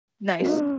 Nice